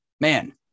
Man